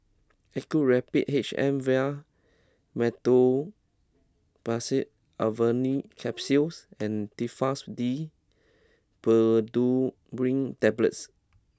Actrapid H M Vial Meteospasmyl Alverine Capsules and Telfast D Pseudoephrine Tablets